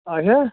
اچھا